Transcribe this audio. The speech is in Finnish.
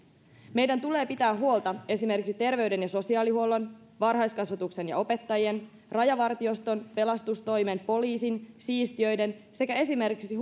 meidän tulee pitää huolta esimerkiksi terveyden ja sosiaalihuollon varhaiskasvatuksen ja opettajien rajavartioston pelastustoimen poliisin siistijöiden sekä esimerkiksi